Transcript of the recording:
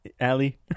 Ali